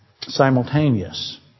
simultaneous